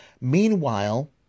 meanwhile